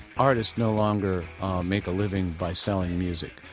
artists no longer make a living by selling music.